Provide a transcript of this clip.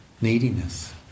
neediness